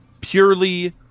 purely